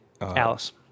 alice